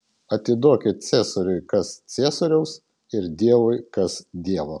atiduokit ciesoriui kas ciesoriaus ir dievui kas dievo